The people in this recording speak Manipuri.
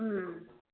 ꯎꯝ